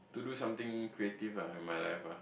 to do something creative ah in my life ah